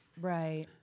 Right